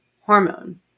hormone